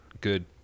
good